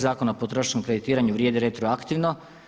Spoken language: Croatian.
Zakona o potrošačkom kreditiranju vrijedi retroaktivno.